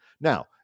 Now